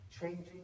changing